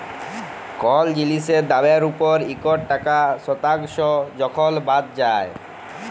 call জিলিসের দামের উপর ইকট টাকা শতাংস যখল বাদ যায়